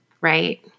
right